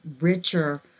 richer